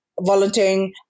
volunteering